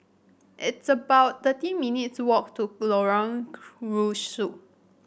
it's about thirty minutes' walk to Lorong Rusuk